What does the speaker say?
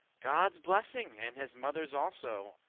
godde's blessing, and his mother's also,